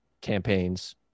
campaigns